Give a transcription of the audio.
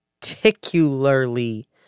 particularly